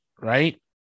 right